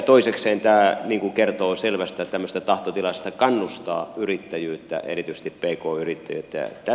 toisekseen tämä kertoo selvästä tahtotilasta kannustaa yrittäjyyttä erityisesti pk yrittäjyyttä